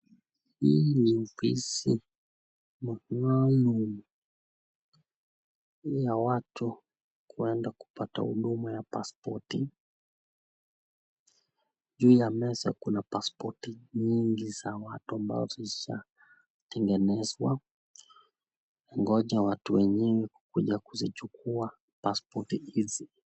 Hii ni ofisi maalum ya watu kuenda kupata huduma ya pasipoti. Juu ya meza kuna pasipoti nyingi za watu ambazo zishatengenezwa, wangoja watu wengine kukuja kuchukua pasipoti hizi.